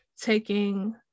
taking